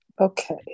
Okay